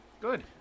Good